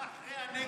מה אחרי הנגב והגליל?